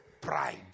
pride